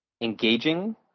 engaging